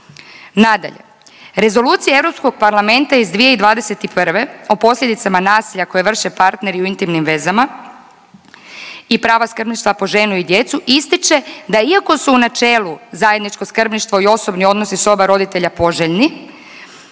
Nadalje, Rezolucija Europskog parlamenta iz 2021. o posljedicama nasilja koje vrše partneri u intimnim vezama i prava skrbništva po ženu i djecu ističe da iako su u načelu zajedničko skrbništvo i osobni odnosi s oba roditelja poželjni